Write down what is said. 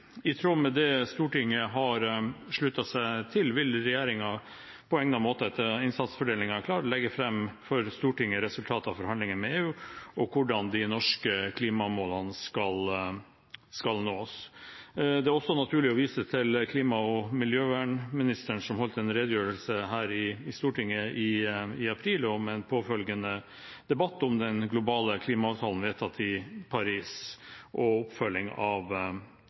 I tråd med det Stortinget har sluttet seg til, vil regjeringen på egnet måte, når innsatsfordelingen er klar, legge fram for Stortinget resultatet av forhandlingene med EU og hvordan de norske klimamålene skal nås. Det er også naturlig å vise til klima- og miljøministeren, som holdt en redegjørelse her i Stortinget i april, med en påfølgende debatt om den globale klimaavtalen vedtatt i Paris og oppfølgingen av